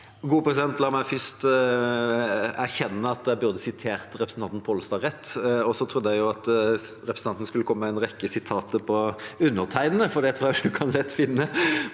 La meg først erkjenne at jeg burde sitert representanten Pollestad rett. Jeg trodde at representanten skulle komme med en rekke sitater av undertegnede, for det tror jeg en lett kan finne